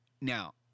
now